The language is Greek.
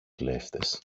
κλέφτες